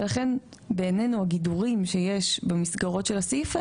ולכן בעיננו הגידורים שיש במסגרות של הסעיף הזה,